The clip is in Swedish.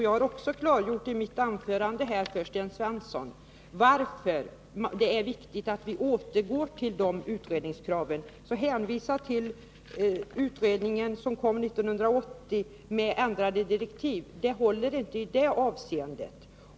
Jag har också i mitt anförande klargjort för Sten Svensson varför det är viktigt att vi återgår till utredningskraven från 1975. Hänvisningen till det utredningsbetänkande som kom 1980, som alltså hade utarbetats i enlighet med de ändrade direktiven, håller inte i det här avseendet.